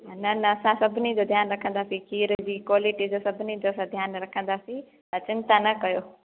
न न असां सभिनी जो ध्यानु रखंदासी खीर बि कॉलिटी जो सभिनी जो असां ध्यानु रखंदासीं तव्हां चिंता न कयो